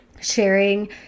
sharing